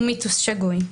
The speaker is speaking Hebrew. הוא מיתוס שגוי.